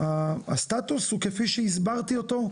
הסטטוס הוא כפי שהסברתי אותו,